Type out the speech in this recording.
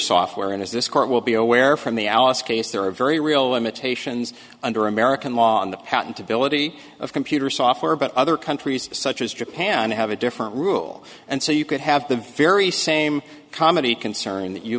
software and as this court will be aware from the alice case there are very real limitations under american law on the patent ability of computer software but other countries such as japan have a different rule and so you could have the very same comedy concern